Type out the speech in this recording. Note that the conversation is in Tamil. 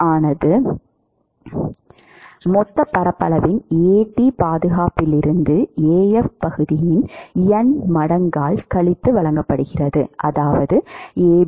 ஆனது மொத்த பரப்பளவின் பாதுகாப்பிலிருந்து பகுதியின் N மடங்குகளால் கழித்து வழங்கப்படுகிறது N